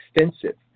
extensive